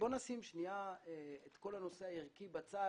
בואו נשים שנייה את הנושא הערכי בצד.